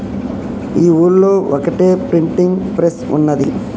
మా ఊళ్లో ఒక్కటే ప్రింటింగ్ ప్రెస్ ఉన్నది